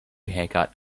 haircut